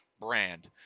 brand